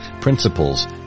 Principles